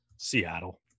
Seattle